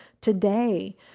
today